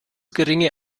geringe